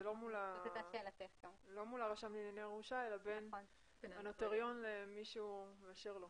זה לא מול הרשם לענייני ירושה אלא בין הנוטריון למי שהוא מאשר לו.